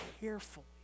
carefully